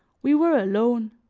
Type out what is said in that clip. we were alone,